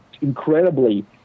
incredibly